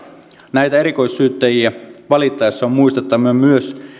näitä erikoissyyttäjiä valittaessa on muistettava myös